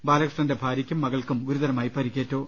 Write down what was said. ബാലകൃഷ്ണന്റെ ഭാര്യയ്ക്കും മകൾക്കും ഗുരു തരമായി പരിക്കേറ്റു